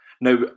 now